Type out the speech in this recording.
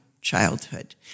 childhood